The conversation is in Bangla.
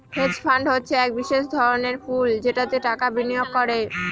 হেজ ফান্ড হচ্ছে এক বিশেষ ধরনের পুল যেটাতে টাকা বিনিয়োগ করে